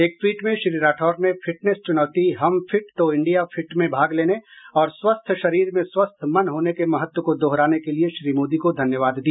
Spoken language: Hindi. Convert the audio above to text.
एक ट्वीट में श्री राठौड़ ने फिटनेस चुनौती हम फिट तो इंडिया फिट में भाग लेने और स्वस्थ शरीर में स्वस्थ मन होने के महत्व को दोहराने के लिए श्री मोदी को धन्यवाद दिया